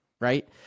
Right